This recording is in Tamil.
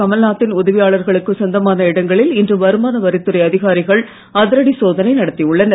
கமல்நாத் தின் உதவியாளர்களுக்கு சொந்தமான இடங்களில் இன்று வருமானவரித் துறை அதிகாரிகள் அதிரடி சோதனை நடத்தியுள்ளனர்